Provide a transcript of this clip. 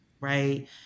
right